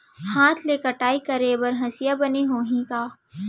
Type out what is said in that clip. हाथ ले कटाई करे बर हसिया बने होही का?